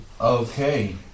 Okay